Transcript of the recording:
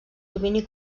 domini